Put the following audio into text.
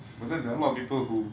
but then there are a lot of people who